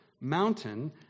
mountain